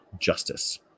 justice